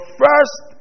first